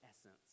essence